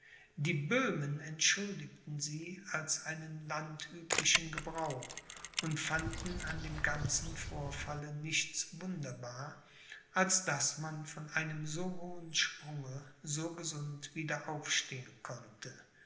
die böhmen entschuldigten sie als einen landüblichen gebrauch und fanden an dem ganzen vorfalle nichts wunderbar als daß man von einem so hohen sprunge so gesund wieder aufstehen konnte